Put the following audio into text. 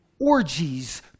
orgies